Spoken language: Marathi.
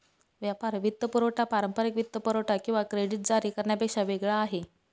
व्यापार वित्तपुरवठा पारंपारिक वित्तपुरवठा किंवा क्रेडिट जारी करण्यापेक्षा वेगळा आहे